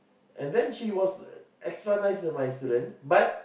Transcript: and then she was extra nice to my student but